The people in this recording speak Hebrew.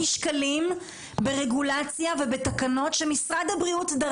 שקלים ברגולציה ובתקנות שדרש משרד הבריאות.